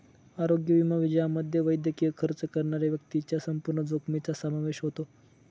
आरोग्य विमा ज्यामध्ये वैद्यकीय खर्च करणाऱ्या व्यक्तीच्या संपूर्ण जोखमीचा समावेश होतो